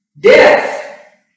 death